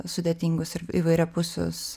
sudėtingus ir įvairiapusius